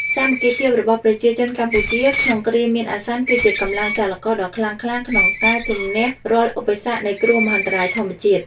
សាមគ្គីភាពរបស់ប្រជាជនកម្ពុជាក្នុងគ្រាមានអាសន្ន គឺជាកម្លាំងចលករដ៏ខ្លាំងក្លាក្នុងការជម្នះរាល់ឧបសគ្គនៃគ្រោះមហន្តរាយធម្មជាតិ។